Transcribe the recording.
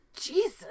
Jesus